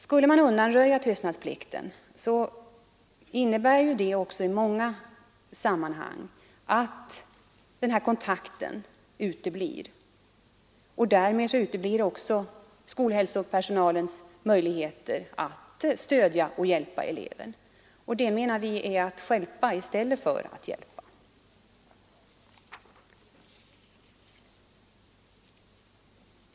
Om vi undanröjer tystnadsplikten kan det innebära, att denna kontakt med eleven omöjliggörs, och därmed försvinner skolhälsopersonalens möjligheter att stödja och hjälpa vederbörande. Och det menar vi är att stjälpa i stället för att hjälpa.